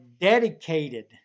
dedicated